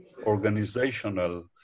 organizational